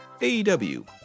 AEW